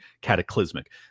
cataclysmic